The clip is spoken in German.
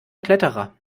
kletterer